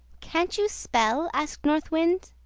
can't you spell? asked north wind.